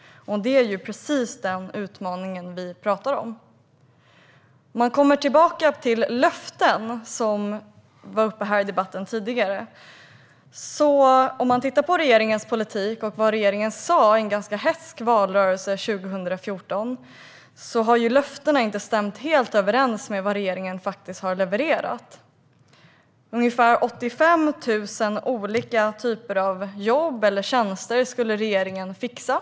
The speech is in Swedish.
Detta är precis den utmaning som vi talar om. Man kommer tillbaka till löften som var uppe i debatten tidigare. De löften som gavs i den ganska hätska valrörelsen 2014 har ju inte stämt helt överens med vad regeringen faktiskt har levererat. Ungefär 85 000 olika typer av jobb eller tjänster skulle regeringen fixa.